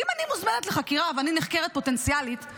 אם אני מוזמנת לחקירה ואני נחקרת פוטנציאלית,